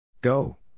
Go